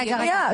רגע,